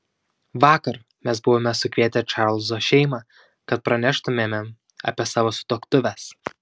vakar mes buvome sukvietę čarlzo šeimą kad praneštumėme apie savo sutuoktuves